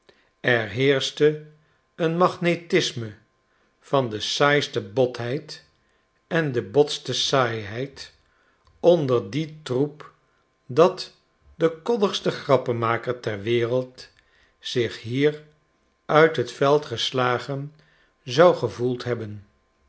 er heerschte een magnetisme van de saaiste botheid en de botste saaiheid onder dien troep dat de koddigste grappenmaker ter wereld zich hier uit het veld geslagen zou gevoeld hebben